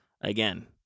Again